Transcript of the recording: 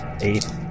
Eight